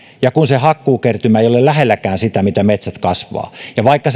ja se hakkuukertymä ei ole lähelläkään sitä mitä metsät kasvavat ja vaikka